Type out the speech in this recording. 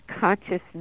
consciousness